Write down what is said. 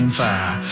fire